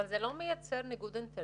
אבל זה לא מייצר ניגוד אינטרסים,